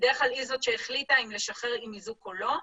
בדרך כלל היא זו שהחליטה אם לשחרר עם איזוק או לא,